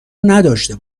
نداشته